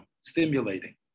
stimulating